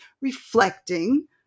reflecting